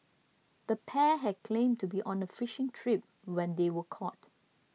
the pair had claimed to be on a fishing trip when they were caught